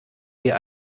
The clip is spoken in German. wir